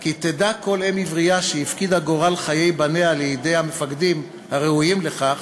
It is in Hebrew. כי "תדע כל אם עברייה שהפקידה גורל חיי בניה בידי מפקדים הראויים לכך",